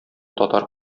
татар